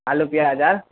आलू पिआज आओर